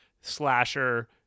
slasher